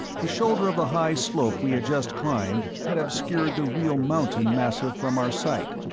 the shoulder of the high slope we had just climbed had obscured the real mountain massif from our sight,